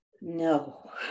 no